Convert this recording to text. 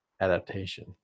adaptation